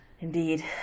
Indeed